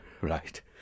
Right